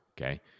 Okay